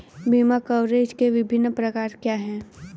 बीमा कवरेज के विभिन्न प्रकार क्या हैं?